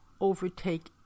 overtake